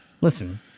listen